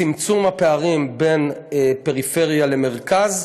צמצום הפערים בין פריפריה למרכז,